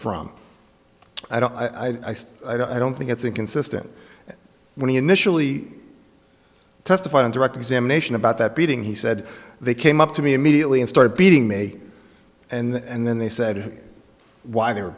from i said i don't think it's inconsistent when he initially testified on direct examination about that beating he said they came up to me immediately and started beating me and then they said why they were